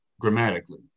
grammatically